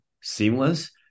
seamless